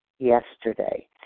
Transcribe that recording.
yesterday